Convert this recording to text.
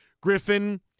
Griffin